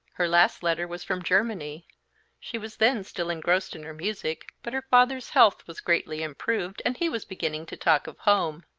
her last letter was from germany she was then still engrossed in her music, but her father's health was greatly improved and he was beginning to talk of home.